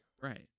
Right